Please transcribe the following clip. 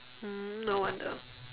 mm no wonder